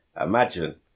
Imagine